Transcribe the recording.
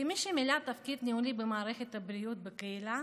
כמי שמילאה תפקיד ניהולי במערכת הבריאות בקהילה